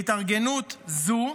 והתארגנות זו,